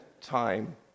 time